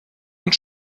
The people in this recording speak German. und